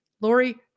Lori